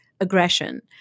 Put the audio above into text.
Aggression